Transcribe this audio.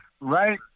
right